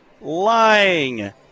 lying